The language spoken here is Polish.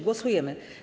Głosujemy.